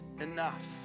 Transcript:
enough